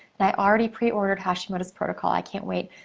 and i all ready pre ordered hashimoto's protocol. i can't wait.